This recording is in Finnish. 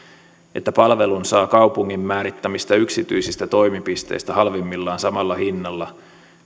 että palvelun saa kaupungin määrittämistä yksityisistä toimipisteistä halvimmillaan samalla hinnalla